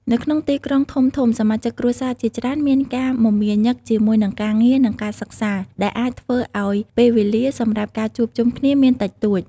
នៅក្នុងទីក្រុងធំៗ សមាជិកគ្រួសារជាច្រើនមានការមមាញឹកជាមួយនឹងការងារ និងការសិក្សា ដែលអាចធ្វើឲ្យពេលវេលាសម្រាប់ការជួបជុំគ្នាមានតិចតួច។